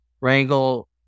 Wrangle